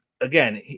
again